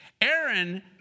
Aaron